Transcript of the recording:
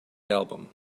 album